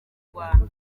rwanda